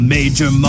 Major